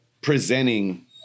presenting